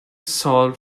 salt